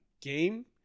game